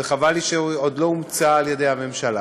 וחבל לי שהיא עוד לא אומצה על ידי הממשלה,